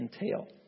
entail